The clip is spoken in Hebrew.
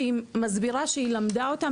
שהיא מסבירה שהיא למדה אותם,